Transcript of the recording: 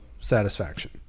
satisfaction